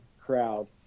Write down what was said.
crowd